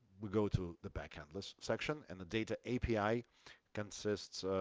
we go to the backendless section, and the data api consists,